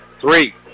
three